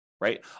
right